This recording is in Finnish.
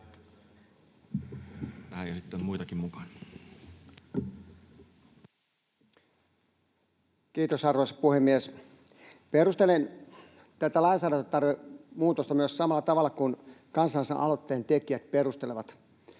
Kiitos, arvoisa puhemies! Perustelen tätä lainsäädäntömuutoksen tarvetta samalla tavalla kuin kansalaisaloitteen tekijät perustelevat,